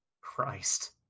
Christ